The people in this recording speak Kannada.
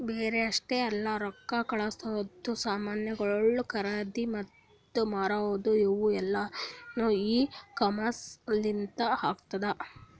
ಬರೇ ಅಷ್ಟೆ ಅಲ್ಲಾ ರೊಕ್ಕಾ ಕಳಸದು, ಸಾಮನುಗೊಳ್ ಖರದಿ ಮತ್ತ ಮಾರದು ಇವು ಎಲ್ಲಾನು ಇ ಕಾಮರ್ಸ್ ಲಿಂತ್ ಆತ್ತುದ